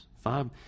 Five